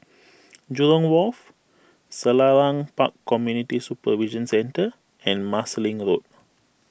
Jurong Wharf Selarang Park Community Supervision Centre and Marsiling Road